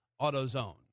AutoZone